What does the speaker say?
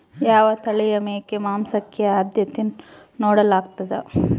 ಯಾವ ತಳಿಯ ಮೇಕೆ ಮಾಂಸಕ್ಕೆ, ಆದ್ಯತೆ ನೇಡಲಾಗ್ತದ?